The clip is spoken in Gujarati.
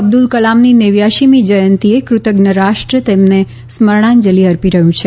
અબ્દલ કલામની નેવ્યાશીમી જયંતિએ કૃતજ્ઞ રાષ્ટ્ર તેમને સ્મરણાંજલી અર્પી રહ્યું છે